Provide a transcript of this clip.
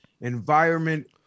environment